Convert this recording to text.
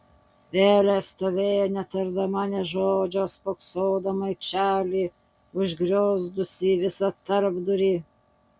elė stovėjo netardama nė žodžio spoksodama į čarlį užgriozdusį visą tarpdurį